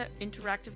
interactive